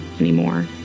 anymore